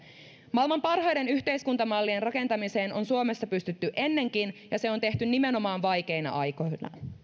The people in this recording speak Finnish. maailman parhaiden yhteiskuntamallien rakentamiseen on suomessa pystytty ennenkin ja se on tehty nimenomaan vaikeina aikoina